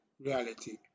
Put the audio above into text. reality